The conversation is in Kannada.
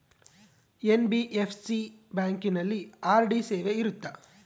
ಎನ್.ಬಿ.ಎಫ್.ಸಿ ಬ್ಯಾಂಕಿನಲ್ಲಿ ಆರ್.ಡಿ ಸೇವೆ ಇರುತ್ತಾ?